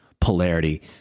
polarity